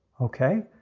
Okay